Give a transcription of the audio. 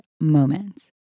moments